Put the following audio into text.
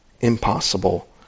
impossible